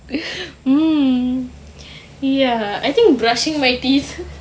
mm ya I think brushing my teeth